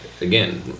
again